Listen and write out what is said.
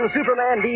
Superman